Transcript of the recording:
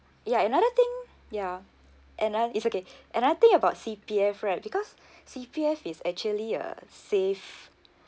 ya another thing ya and I it's okay another thing about C_P_F right because C_P_F is actually a save